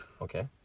Okay